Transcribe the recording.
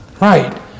Right